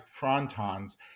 frontons